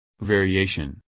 Variation